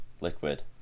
liquid